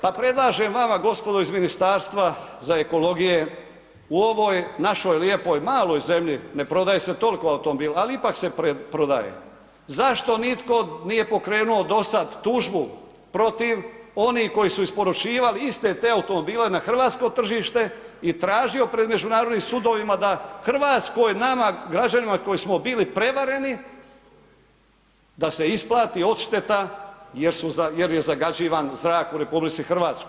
Pa predlažem vama gospodo iz ministarstva za ekologije, u ovoj našoj lijepoj maloj zemlji, ne prodaje se toliko automobila ali ipak se prodaje, zašto nitko nije pokrenuo do sad tužbu protiv onih koji su isporučivali iste te automobile na hrvatsko tržište i tražio pred međunarodnim sudovima da Hrvatskoj, nama građanima koji smo bili prevareni, da se isplati odšteta jer je zagađivan zrak u RH?